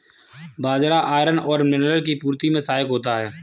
बाजरा iron और mineral की पूर्ति में सहायक होता है